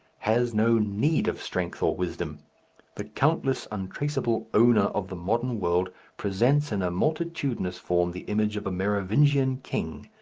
has no need of strength or wisdom the countless untraceable owner of the modern world presents in a multitudinous form the image of a merovingian king.